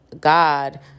God